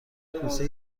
کوسه